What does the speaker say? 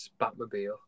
Batmobile